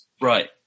Right